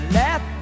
let